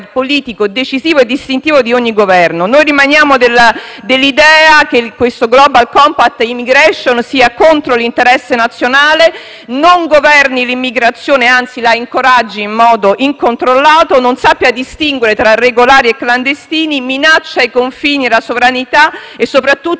che il Global compact immigration sia contro l'interesse nazionale, non governi l'immigrazione, ma anzi la incoraggi in modo incontrollato, non sappia distinguere tra regolari e clandestini, minacci i confini e la sovranità e, soprattutto, abbia già fatto esplodere contraddizioni all'interno del Governo. È evidente che c'è